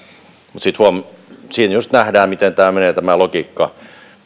siinä just nähdään miten menee tämä logiikka vaikka se on